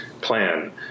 plan